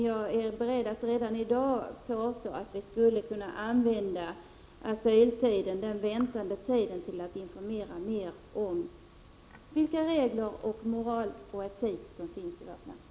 Jag är dock beredd att redan i dag påstå att vi skulle kunna använda väntetiden för de asylsökande till att informera mera om vilka regler, vilken moral och etik som finns i vårt land.